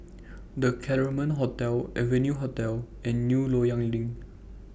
The Claremont Hotel Venue Hotel and New Loyang LINK